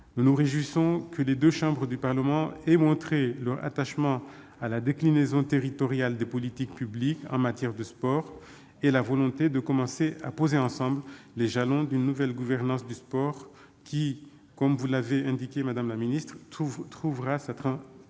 Nous nous réjouissons que les deux chambres du Parlement aient montré leur attachement à la déclinaison territorial des politiques publiques en matière de sport, et la volonté de commencer à poser ensemble les jalons d'une nouvelle gouvernance du sport, qui- vous nous l'avez indiqué, madame la ministre -trouvera sa transcription